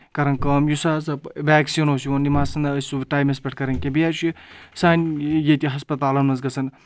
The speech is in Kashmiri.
کَران کٲم یُس ہَسا ویکسیٖن اوس یِوَان یِم ہَسا نہٕ أسۍ سُہ ٹایمَس پؠٹھ کَرٕنۍ کینٛہہ بیٚیہِ حظ چھُ سانہِ ییٚتہِ ہَسپَتالَن منٛز گژھان